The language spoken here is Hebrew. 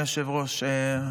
תודה רבה, אדוני היושב-ראש.